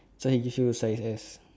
so he give you size S